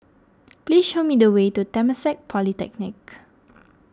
please show me the way to Temasek Polytechnic